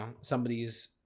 somebody's